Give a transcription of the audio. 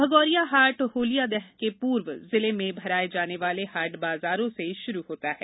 भगोरिया हाट होलिया दहन के पूर्व जिले में भराये जाने वाले हाट बाजारों से शुरू होता है